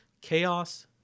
chaos